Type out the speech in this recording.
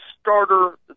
starter